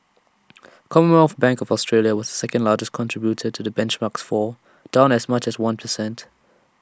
commonwealth bank of Australia was the second largest contributor to the benchmark's fall down as much as one per cent